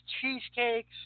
cheesecakes